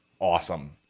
awesome